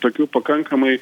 tokiu pakankamai